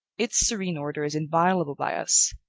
its serene order is inviolable by us.